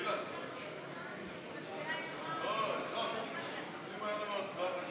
ההסתייגות (14) של חברות הכנסת יעל גרמן וקארין אלהרר לאחרי